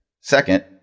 Second